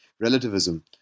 relativism